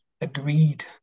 agreed